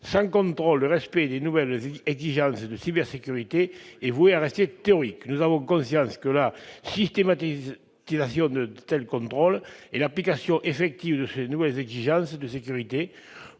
Sans contrôle, le respect des nouvelles exigences de cybersécurité est voué à rester théorique. Nous avons conscience que la systématisation de tels contrôles et l'application effective de ces nouvelles exigences de sécurité